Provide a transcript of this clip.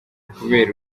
kubera